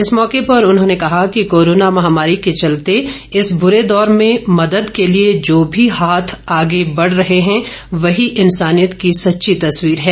इस मौके पर उन्होंने कहा कि कोरोना महामारी के चलते इस बुरे दौर में मदद के लिए जो भी हाथ आगे बढ़ रहे हैं वही इन्सानियत की सच्ची तस्वीर है